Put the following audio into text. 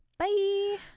Bye